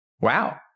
Wow